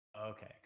Okay